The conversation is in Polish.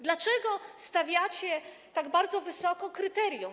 Dlaczego stawiacie tak bardzo wysoko kryterium?